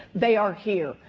they are here.